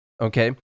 Okay